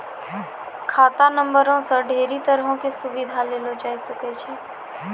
खाता नंबरो से ढेरी तरहो के सुविधा लेलो जाय सकै छै